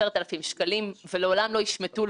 קושי בגיוס יועצים מקצועיים,